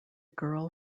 girl